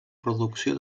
producció